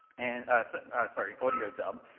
and ah sorry, audio dub,